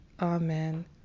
Amen